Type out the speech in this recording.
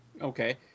Okay